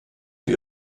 für